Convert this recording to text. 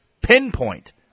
pinpoint